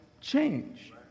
change